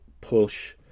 push